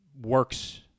works